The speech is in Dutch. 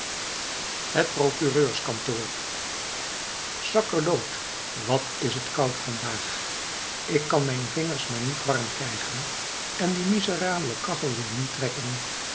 het procureurskantoor sakkerloot wat is het koud vandaag ik kan mijn vingers maar niet warm krijgen en die miserabele kachel wil niet trekken